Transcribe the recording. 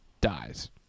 dies